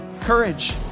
courage